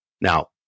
Now